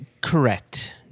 Correct